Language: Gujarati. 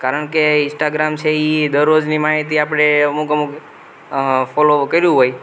કારણ કે ઇસ્ટાગ્રામ છે એ દરરોજની માહિતી આપણે અમુક અમુક ફોલો કર્યું હોય